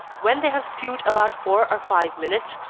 when they have stewed about four or five minutes,